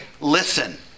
listen